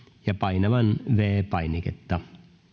ja painamaan viides painiketta